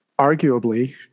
arguably